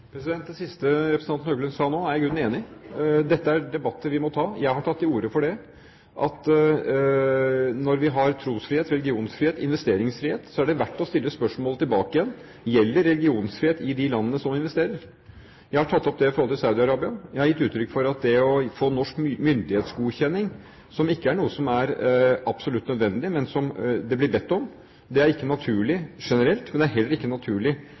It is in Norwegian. Det siste representanten Høglund sa nå, er jeg i grunnen enig i. Dette er debatter vi må ta. Jeg har tatt til orde for at når vi har trosfrihet, religionsfrihet og investeringsfrihet, er det verdt å stille spørsmålet tilbake igjen: Gjelder religionsfrihet i de landene som investerer? Jeg har tatt opp det i forhold til Saudi-Arabia. Jeg har gitt uttrykk for at det å få norsk myndighetsgodkjenning – som ikke er noe som er absolutt nødvendig, men som det blir bedt om – er ikke naturlig generelt, men det er etter mitt syn heller ikke naturlig